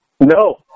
No